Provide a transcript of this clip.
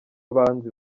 abanzi